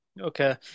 Okay